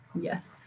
Yes